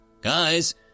guys